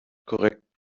korrekt